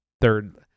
third